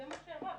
זה מה שאמרת.